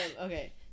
okay